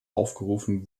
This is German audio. aufgerufen